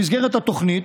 במסגרת התוכנית,